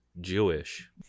Jewish